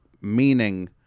meaning